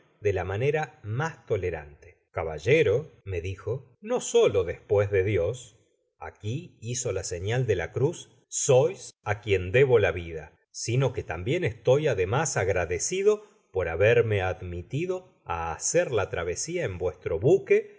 de la manera mas toleraste caballero me dijo no solo despues de dios aquí hizo la señal de la cruz sois á quien debo la vida sino que tambien estoy ademas agradecido por haberme admitido á hacer la travesía en vuestro buque